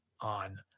on